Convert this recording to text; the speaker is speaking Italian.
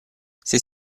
sei